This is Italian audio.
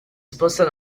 sposta